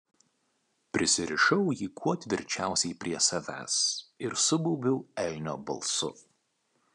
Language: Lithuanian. prisirišau jį kuo tvirčiausiai prie savęs ir subaubiau elnio balsu